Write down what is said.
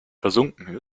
versunken